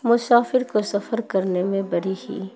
مسافر کو سفر کرنے میں بڑی ہی